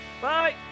Bye